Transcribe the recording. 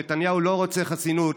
נתניהו לא רוצה חסינות.